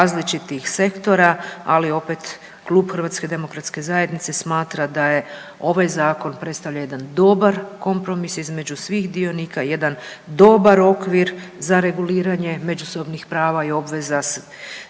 različitih sektora. Ali opet, klub Hrvatske demokratske zajednice smatra da ovaj zakon predstavlja jedan dobar kompromis između svih dionika, jedan dobar okvir za reguliranje međusobnih prava i obveza